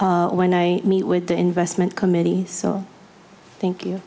when i meet with the investment committee so thank you